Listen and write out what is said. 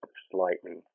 slightly